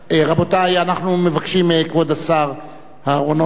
רבותי, אנחנו מבקשים מכבוד השר אהרונוביץ,